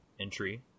entry